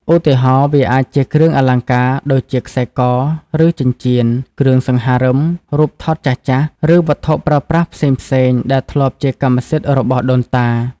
ឧទាហរណ៍ វាអាចជាគ្រឿងអលង្ការដូចជាខ្សែក ឬចិញ្ចៀន គ្រឿងសង្ហារិម រូបថតចាស់ៗ ឬវត្ថុប្រើប្រាស់ផ្សេងៗដែលធ្លាប់ជាកម្មសិទ្ធិរបស់ដូនតា។